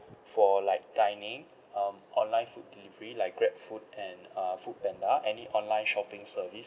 for like dining um online food delivery like grabfood and uh foodpanda any online shopping service